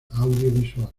audiovisual